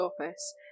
Office